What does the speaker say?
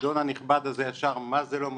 האדון הנכבד הזה ישר --- מה זה לא מונגש?